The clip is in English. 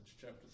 chapter